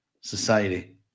society